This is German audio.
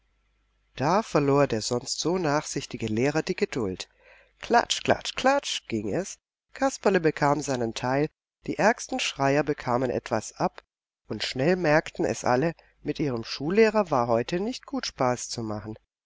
da verlor der sonst so nachsichtige lehrer die geduld klatsch klatsch klatsch ging es kasperle bekam seinen teil die ärgsten schreier bekamen etwas ab und schnell merkten es alle mit ihrem schullehrer war heute nicht gut spaß zu machen